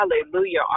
hallelujah